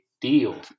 deal